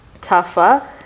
tougher